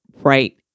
Right